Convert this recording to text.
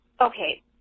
okay